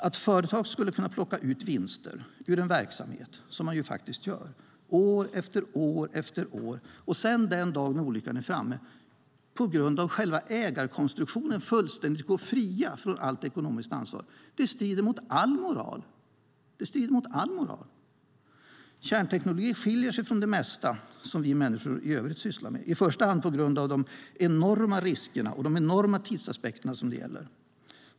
Att företag kan plocka ut vinster ur en verksamhet år efter år, för att sedan den dagen olyckan är framme på grund av själva ägarkonstruktionen fullständigt gå fria från allt ekonomiskt ansvar, strider mot all moral. Kärnteknik skiljer sig från det mesta som vi människor i övrigt sysslar med, i första hand på grund av de enorma riskerna och de enorma tidsaspekterna.